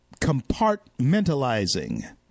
compartmentalizing